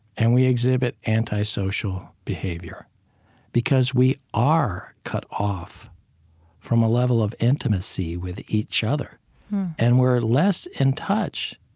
and we exhibit antisocial behavior because we are cut off from a level of intimacy with each other and we're less in touch.